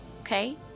Okay